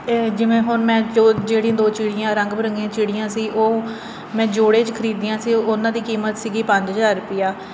ਇਹ ਜਿਵੇਂ ਹੁਣ ਮੈਂ ਚੋ ਜਿਹੜੀ ਦੋ ਚਿੜੀਆਂ ਰੰਗ ਬਿਰੰਗੀਆਂ ਚਿੜੀਆਂ ਸੀ ਉਹ ਮੈਂ ਜੋੜੇ 'ਚ ਖਰੀਦੀਆਂ ਸੀ ਉਹਨਾਂ ਦੀ ਕੀਮਤ ਸੀਗੀ ਪੰਜ ਹਜ਼ਾਰ ਰੁਪਈਆ